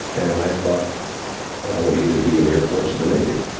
and i thought i would either be in the air force of the navy.